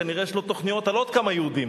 כנראה יש לו תוכניות על עוד כמה יהודים.